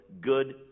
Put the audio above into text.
Good